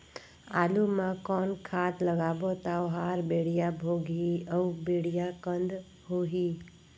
आलू मा कौन खाद लगाबो ता ओहार बेडिया भोगही अउ बेडिया कन्द होही?